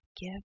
give